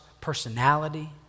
personality